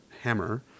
Hammer